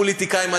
פוליטיקאים,